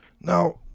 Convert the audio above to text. Now